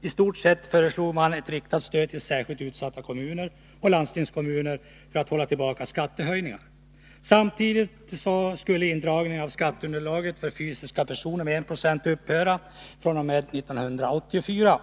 I stort sett föreslog man ett riktat stöd till särskilt utsatta kommuner och landsting för att hålla tillbaka skattehöjningar. Dessutom skall indragningen av skatteunderlaget för fysiska personer med 1 96 upphöra fr.o.m. 1984.